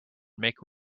make